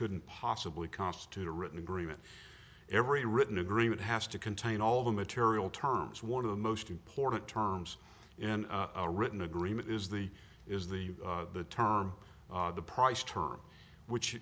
couldn't possibly constitute a written agreement every written agreement has to contain all the material terms one of the most important terms in a written agreement is the is the term the price term which